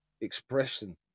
expression